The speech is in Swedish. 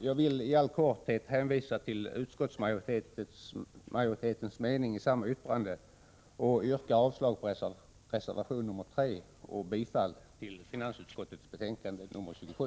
Jag vill i all korthet hänvisa till utskottsmajoritetens mening i samma yttrande och yrkar avslag på reservation nr 3 och bifall till finansutskottets hemställan i betänkande nr 27.